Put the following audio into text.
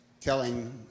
telling